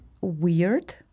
weird